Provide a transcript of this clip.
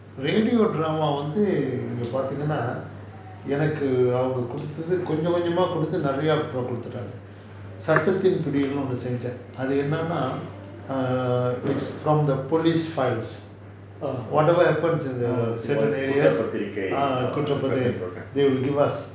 radio drama வந்து நீங்க பாத்தீங்கன்னா எனக்கு அவங்க குடுத்தது கொஞ்சம் கொஞ்சமா குடுத்துட்டு நெறய அப்புறம் கொடுத்துட்டாங்க சட்டத்தின் பிடி அது என்னனா:vanthu neenga paathinganaa ennakku avanga kuduthathu konjam konjamaa kuduthutu neraya appuram kuduthutaanga sattathin pidi athu ennanaa it is from the police files whatever happens in the suburban areas ah குற்றப்பத்திரிகை:kuttrapathirikai they will give us